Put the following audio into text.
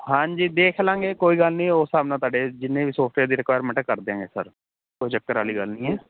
ਹਾਂਜੀ ਦੇਖ ਲਵਾਂਗੇ ਕੋਈ ਗੱਲ ਨਹੀਂ ਉਸ ਹਿਸਾਬ ਤੁਹਾਡੇ ਜਿੰਨੇ ਵੀ ਸੋਫਟਵੇਅਰ ਦੀ ਰਿਕੁਐਰਮੈਂਟ ਹੈ ਕਰ ਦਿਆਂਗੇ ਸਰ ਕੋਈ ਚੱਕਰ ਆਲੀ ਗੱਲ ਨਹੀਂ ਹੈ